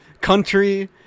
country